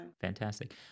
Fantastic